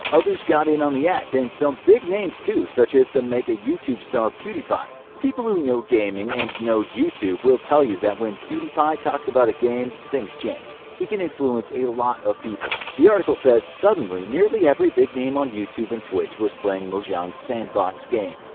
others got in on the act, and some big names too such as the mega youtube star pewdiepie. people who know gaming and know youtube will tell you that when pewdiepie talks about a game things change. he can influence a lot of people. the article says, suddenly, nearly every big name on youtube and twitch was playing mojang's sandbox game.